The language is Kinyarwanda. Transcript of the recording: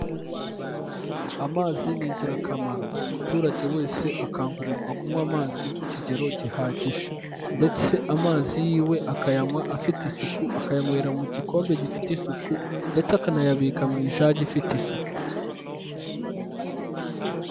Amazi ni ingirakamaro, buri muturage wese akangurirwa kunywa amazi ku kigero gihagije, ndetse amazi yiwe akayanywa afite isuku, akayanywera mu gikombe gifite isuku ndetse akanayabika mu ijage ifite isuku.